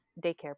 daycare